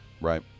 right